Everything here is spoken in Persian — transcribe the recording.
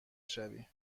شوی